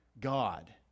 God